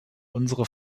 unsere